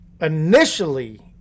initially